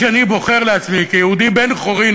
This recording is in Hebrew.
-פי בחירתם, וכל אחד יהיה יהודי על-פי דרכו.